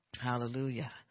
hallelujah